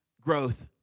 growth